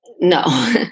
no